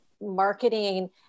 marketing